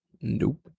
Nope